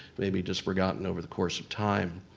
maybe just forgotten over the course of time,